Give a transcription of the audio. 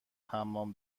حمام